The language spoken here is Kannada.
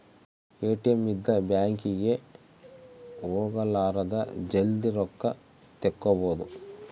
ಎ.ಟಿ.ಎಮ್ ಇಂದ ಬ್ಯಾಂಕ್ ಗೆ ಹೋಗಲಾರದ ಜಲ್ದೀ ರೊಕ್ಕ ತೆಕ್ಕೊಬೋದು